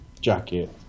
jacket